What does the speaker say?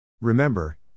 Remember